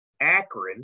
Akron